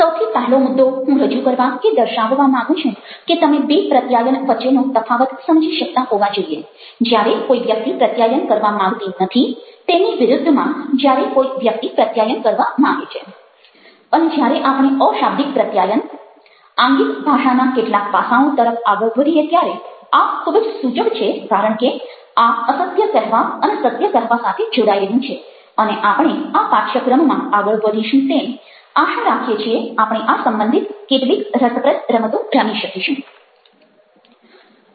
સૌથી પહેલો મુદ્દો હું રજૂ કરવા કે દર્શાવવા માંગું છું કે તમે બે પ્રત્યાયન વચ્ચેનો તફાવત સમજી શકતા હોવા જોઈએ જ્યારે કોઈ વ્યક્તિ પ્રત્યાયન કરવા માંગતી નથી તેની વિરુદ્ધમાં જ્યારે કોઈ વ્યક્તિ પ્રત્યાયન કરવા માંગે છે અને જ્યારે આપણે અશાબ્દિક પ્રત્યાયન આંગિક ભાષાનાં કેટલાક પાસાંઓ તરફ આગળ વધીએ ત્યારે આ ખૂબ જ સૂચક છે કારણ કે આ અસત્ય કહેવા અને સત્ય કહેવા સાથે જોડાયેલું છે અને આપણે આ પાઠ્યક્રમમાં આગળ વધીશું તેમ આશા રાખીએ છીએ આપણે આ સંબંધિત કેટલીક રસપ્રદ રમતો રમી શકીશું